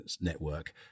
network